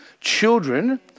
children